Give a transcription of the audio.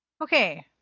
Okay